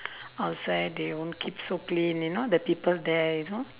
outside they won't keep so clean you know the people there you know